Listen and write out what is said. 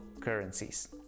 currencies